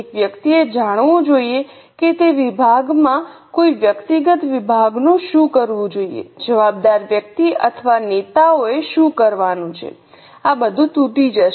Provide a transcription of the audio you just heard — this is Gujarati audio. એક વ્યક્તિએ જાણવું જોઈએ કે તે વિભાગમાં કોઈ વ્યક્તિગત વિભાગ શું કરવું જોઈએ જવાબદાર વ્યક્તિ અથવા નેતાએ શું કરવાનું છે આ બધું તૂટી જશે